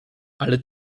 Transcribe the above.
ale